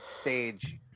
stage